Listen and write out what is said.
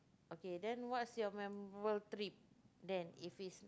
okay then what's your memorable trip then if it's